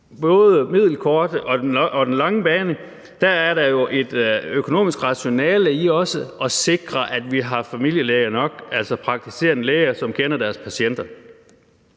på den middelkorte og den lange bane er der jo et økonomisk rationale i også at sikre, at vi har familielæger nok, altså praktiserende læger, som kender deres patienter.